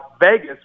Vegas